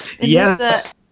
Yes